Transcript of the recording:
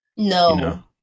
No